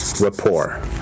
rapport